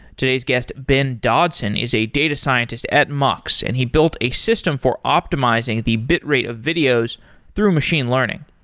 today's guest, ben dodson is a data scientist at mux and he built a system for optimizing the bitrate of videos through machine learning.